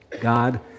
God